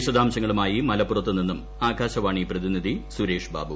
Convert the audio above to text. വിശദാംശങ്ങളുമായി മലപ്പുറത്തു നിന്നും ആകാശവാണി പ്രതിനിധി സുരേഷ്ബാബു